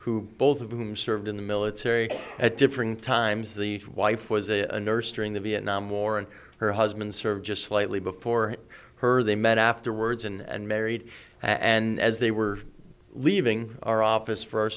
who both of whom served in the military at different times the wife was a nurse during the vietnam war and her husband served just slightly before her they met afterwards and married and as they were leaving our office for our